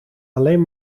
alleen